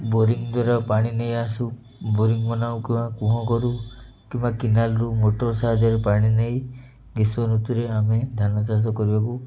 boring ଦ୍ୱାରା ପାଣି ନେଇ ଆସୁ ବୋରିଂ ବନାଉ କିମ୍ବା କୂଅ କରୁ କିମ୍ବା କେନାଲରୁ ମୋଟର ସାହାଯ୍ୟରେ ପାଣି ନେଇ ଗ୍ରୀଷ୍ମଋତୁରେ ଆମେ ଧାନ ଚାଷ କରିବାକୁ